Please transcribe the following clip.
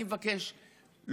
אני מבקש,